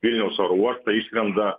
vilniaus oro uostą išskrenda